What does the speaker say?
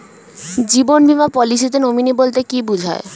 জীবন বীমা পলিসিতে নমিনি বলতে কি বুঝায়?